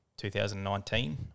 2019